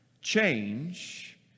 Change